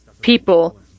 people